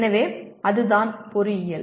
எனவே அதுதான் பொறியியல்